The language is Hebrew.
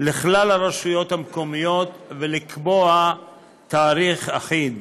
לכלל הרשויות המקומיות ולקבוע תאריך אחיד.